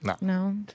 No